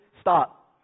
stop